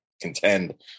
contend